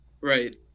Right